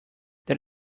that